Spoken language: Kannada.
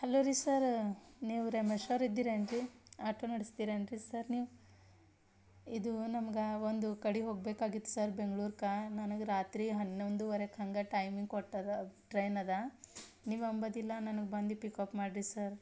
ಹಲೋ ರೀ ಸರ ನೀವು ರಮೇಶೋರಿದ್ದೀರೇನ್ರಿ ಆಟೋ ನಡೆಸ್ತಿರೇನ್ರಿ ಸರ್ ನೀವು ಇದು ನಮ್ಗೆ ಒಂದು ಕಡೆ ಹೋಗ್ಬೇಕಾಗಿತ್ತು ಸರ್ ಬೆಂಗ್ಳೂರ್ಕ ನನಗೆ ರಾತ್ರಿ ಹನ್ನೊಂದೂವರೆಕ ಹಂಗೆ ಟೈಮಿಂಗ್ ಕೊಟ್ಟಾರ ಟ್ರೈನ್ ಅದ ನೀವು ಅಂಬೋದಿಲ್ಲ ನನಗೆ ಬಂದು ಪಿಕಪ್ ಮಾಡಿರಿ ಸರ್